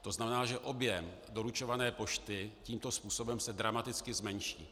To znamená, že objem doručované pošty se tímto způsobem dramaticky zmenší.